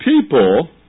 people